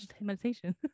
meditation